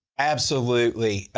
absolutely.